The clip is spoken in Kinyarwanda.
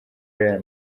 real